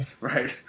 Right